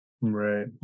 right